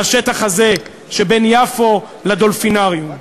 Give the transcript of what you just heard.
על השטח הזה שבין יפו ל"דולפינריום".